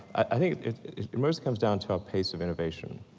i think it almost comes down to our pace of innovation.